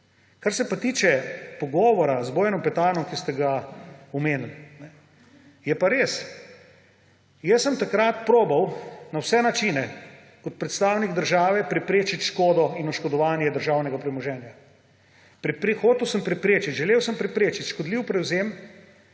Kar se pa tiče pogovora z Bojanom Petanom, ki ste ga omenili, je pa res, jaz sem takrat poskusil na vse načine kot predstavnik države preprečiti škodo in oškodovanje državnega premoženja. Hotel sem preprečiti, želel sem preprečiti škodljiv prevzem